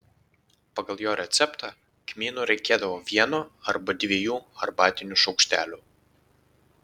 pagal jo receptą kmynų reikėdavo vieno arba dviejų arbatinių šaukštelių